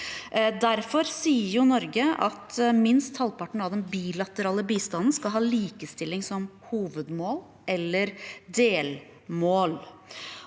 Derfor sier Norge at minst halvparten av den bilaterale bistanden skal ha likestilling som hovedmål eller delmål.